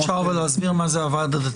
אפשר להסביר מה זה הוועד הדתי?